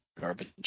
Garbage